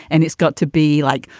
and it's got to be like,